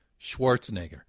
Schwarzenegger